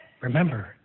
Remember